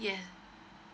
yeah